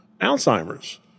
Alzheimer's